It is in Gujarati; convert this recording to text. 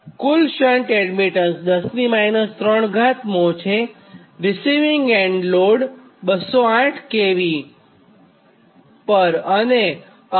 અને કુલ શન્ટ એડમીટન્સ 10 3 mho છેરીસિવીંગ એન્ડ લોડ 208 kV પર અને 0